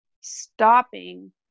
stopping